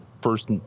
first